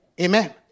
Amen